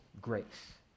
grace